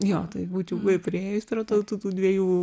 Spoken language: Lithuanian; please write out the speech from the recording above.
jo taip būtų buvę priėjus prie tautų dviejų